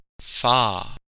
far